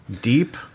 Deep